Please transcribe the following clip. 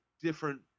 different